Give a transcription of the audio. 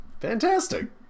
fantastic